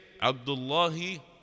abdullahi